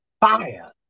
Fire